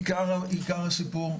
עיקר הסיפור,